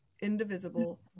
indivisible